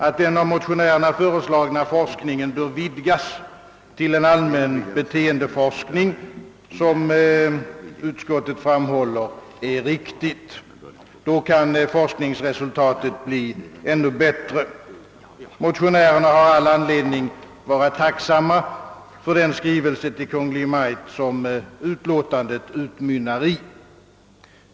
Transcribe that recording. Att den av motionärerna föreslagna forskningen bör vidgas till en allmän beteendeforskning, som utskottet framhåller, är riktigt. Då kan forskningsresultatet bli ännu bättre. Motionärerna har all anledning att vara tacksamma för den skrivelse till Kungl. Maj:t som utskottsutlåtandet utmynnar i.